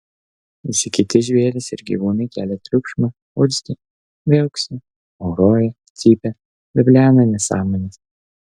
visi kiti žvėrys ir gyvūnai kelia triukšmą urzgia viauksi mauroja cypia veblena nesąmones